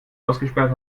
ausgesperrt